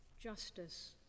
justice